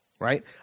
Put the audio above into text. right